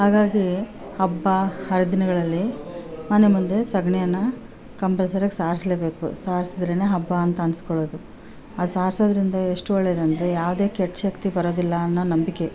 ಹಾಗಾಗಿ ಹಬ್ಬ ಹರಿದಿನಗಳಲ್ಲಿ ಮನೆ ಮುಂದೆ ಸೆಗಣಿಯನ್ನು ಕಂಪಲ್ಸರಿಯಾಗಿ ಸಾರಿಸ್ಲೇಬೇಕು ಸಾರಿಸಿದ್ರೆಯೇ ಹಬ್ಬ ಅಂತ ಅನಿಸಸ್ಕೊಳ್ಳೋದು ಅದು ಸಾರಿಸೋದ್ರಿಂದ ಎಷ್ಟು ಒಳ್ಳೇದು ಅಂದರೆ ಯಾವುದೇ ಕೆಟ್ಟ ಶಕ್ತಿ ಬರೋದಿಲ್ಲ ಅನ್ನೋ ನಂಬಿಕೆ